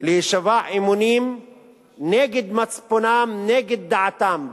להישבע אמונים נגד מצפונם, נגד דעתם.